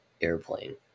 Airplane